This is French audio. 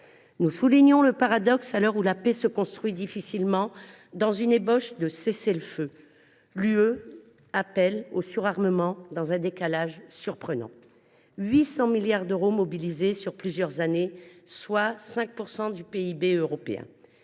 Nous soulignons le paradoxe suivant : à l’heure où la paix se construit difficilement dans une ébauche de cessez le feu, l’Union appelle au surarmement, avec 800 milliards d’euros mobilisés sur plusieurs années, soit 5 % du PIB européen.